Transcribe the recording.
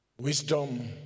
Wisdom